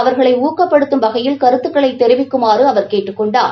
அவர்களை ஊக்கப்படுத்துவம் வகையில் கருத்துக்களைத் தெரிவிக்குமாறு அவர் கேட்டுக் கொண்டார்